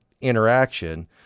interaction